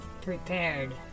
prepared